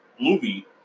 movie